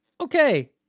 Okay